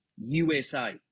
USA